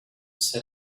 set